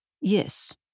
Yes